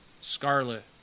Scarlet